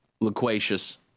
loquacious